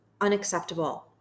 unacceptable